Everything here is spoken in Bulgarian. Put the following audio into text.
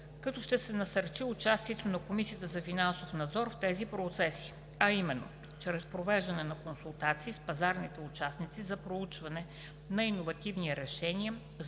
като ще се насърчи участието на Комисията за финансов надзор в тези процеси, а именно чрез провеждане на консултации с пазарните участници за проучване на иновативни решения